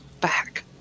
back